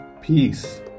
peace